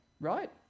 right